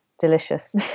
delicious